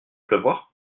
pleuvoir